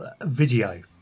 video